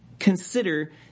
Consider